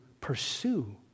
pursue